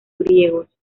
griegos